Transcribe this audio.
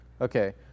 Okay